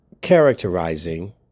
characterizing